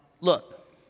look